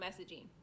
messaging